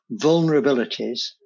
vulnerabilities